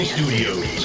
Studios